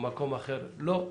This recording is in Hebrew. במקום אחר לא,